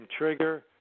Trigger